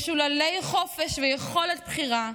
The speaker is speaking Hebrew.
משוללי חופש ויכולת בחירה,